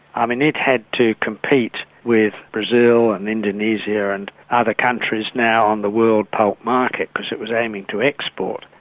i mean, it had to compete with brazil and indonesia and other countries now on the world pulp market, because it was aiming to export.